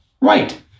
Right